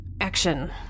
action